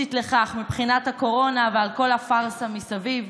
הלוגיסטית לכך מבחינת הקורונה ועל כל הפארסה מסביב.